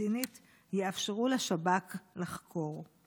הפלסטינית יאפשרו לשב"כ לחקור?